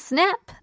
Snap